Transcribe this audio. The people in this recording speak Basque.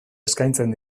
eskaintzen